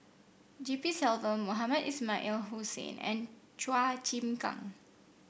G P Selvam Mohamed Ismail Hussain and Chua Chim Kang